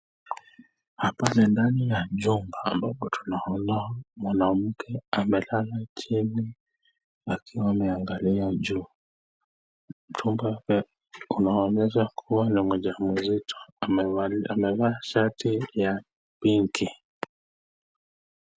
Hapa ni ndani ya jumba ambapo tunaona mwanamke amelala chini akiwa ameangalia juu. Tumbo unaonesha kuwa ni mjamzito. Amevaa shati ya pinki .